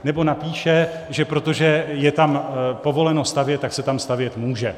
Nebo napíše, že protože je tam povoleno stavět, tak se tam stavět může.